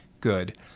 good